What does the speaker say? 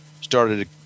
started